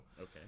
Okay